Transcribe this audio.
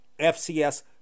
FCS